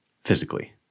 physically